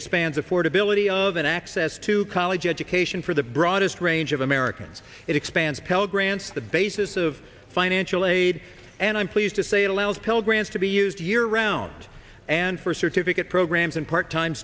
expands affordability of an access to college education for the broadest range of americans it expands pell grants the basis of financial aid and i'm pleased to say it allows pell grants to be used year round and for certificate programs and part time